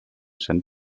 sent